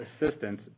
assistance